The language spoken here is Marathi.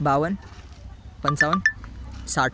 बावन्न पंचावन्न साठ